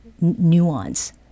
nuance